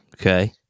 Okay